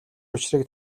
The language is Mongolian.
учрыг